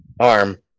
arm